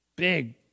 Big